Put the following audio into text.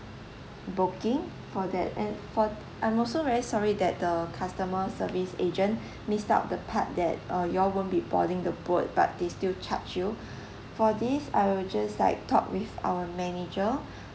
booking for that and for I'm also very sorry that the customer service agent missed out the part that uh you all won't be boarding the boat but they still charge you for this I will just like talk with our manager